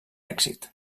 èxit